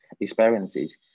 experiences